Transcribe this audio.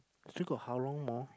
still got how long more